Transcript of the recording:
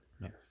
Yes